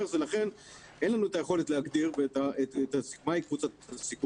אלה ואלה ואלה הרשימה של הילדים